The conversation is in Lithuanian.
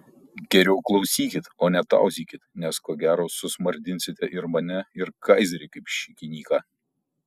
geriau klausykit o ne tauzykit nes ko gero susmardinsite ir mane ir kaizerį kaip šikinyką